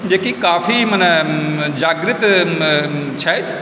जेकि काफी मने जागृत छथि